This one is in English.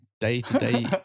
day-to-day